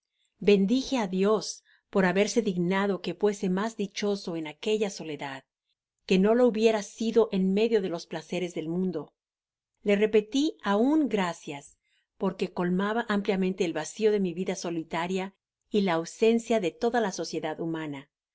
bendije á dios por haberse dignado que fuese mas dichoso en aquella soledad que no lo hubiera sido en medio de los placeres del mundo le repeti aun gracias porque colmaba ampliamente el vacio de mi vida solitaria y la ausencia de toda la sociedad humana